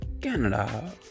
Canada